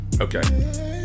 Okay